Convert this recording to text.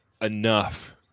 enough